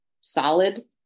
solid